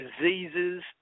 diseases